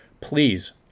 please